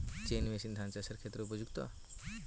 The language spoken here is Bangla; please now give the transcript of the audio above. চেইন মেশিন ধান চাষের ক্ষেত্রে উপযুক্ত?